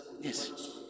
Yes